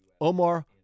Omar